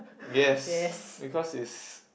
yes because it's